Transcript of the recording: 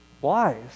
wise